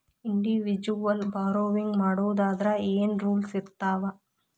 Individual borrowing ಮಾಡೊದಾದ್ರ ಏನ್ ರೂಲ್ಸಿರ್ತಾವ?